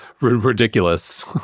ridiculous